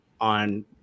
on